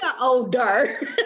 older